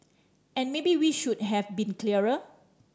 and maybe we should have been clearer